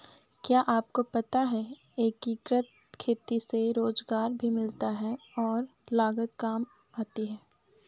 क्या आपको पता है एकीकृत खेती से रोजगार भी मिलता है और लागत काम आती है?